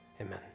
Amen